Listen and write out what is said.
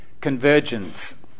convergence